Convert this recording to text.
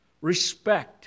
Respect